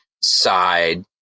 side